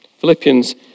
Philippians